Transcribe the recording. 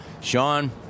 Sean